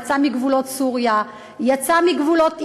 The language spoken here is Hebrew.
יצא מגבולות סוריה, יצא מגבולות עיראק,